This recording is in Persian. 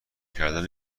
کردن